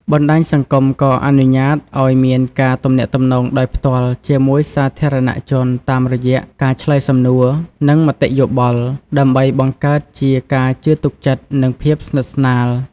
បណ្តាញសង្គមក៏អនុញ្ញាតឲ្យមានការទំនាក់ទំនងដោយផ្ទាល់ជាមួយសាធារណជនតាមរយៈការឆ្លើយសំណួរ និងមតិយោបល់ ដើម្បីបង្កើតជាការជឿទុកចិត្តនិងភាពស្និទ្ធស្នាល។